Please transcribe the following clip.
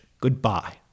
Goodbye